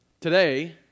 Today